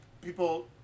People